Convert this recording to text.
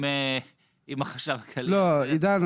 עידן,